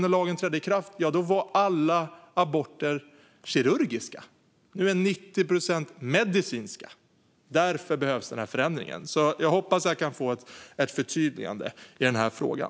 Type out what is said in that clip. När lagen trädde i kraft 1975 var alla aborter kirurgiska. Nu är 90 procent medicinska. Därför behövs den här förändringen. Jag hoppas att jag kan få ett förtydligande i den här frågan.